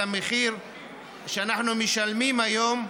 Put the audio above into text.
המחיר שאנחנו משלמים היום,